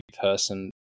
person